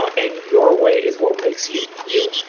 and your way is what makes you, you.